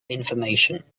information